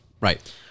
Right